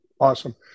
Awesome